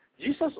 Jesus